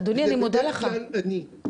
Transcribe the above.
וזה בדרך כלל אני.